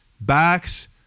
backs